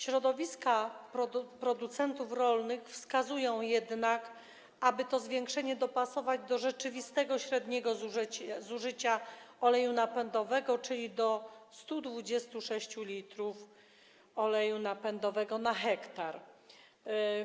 Środowiska producentów rolnych wskazują jednak, aby to zwiększenie dopasować do rzeczywistego średniego zużycia oleju napędowego, czyli do 126 l oleju napędowego na 1 ha.